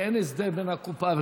כשאין הסדר בין הקופה.